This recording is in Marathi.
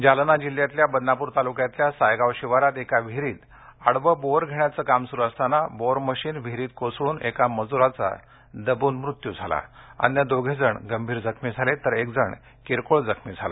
अपघात जालना जिल्ह्यातल्या बदनापूर तालुक्यातल्या सायगाव शिवारात एका विहिरीत आडवे बोअर घेण्याचे काम सुरू असताना बोअर मशीन विहिरीत कोसळून एका मजुराचा दबून मृत्यू झाला अन्य दोघेजण गंभीर जखमी झाले तर एकजण किरकोळ जखमी झाला